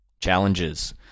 Challenges